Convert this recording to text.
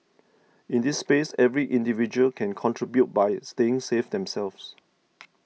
in this space every individual can contribute by staying safe themselves